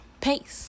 Peace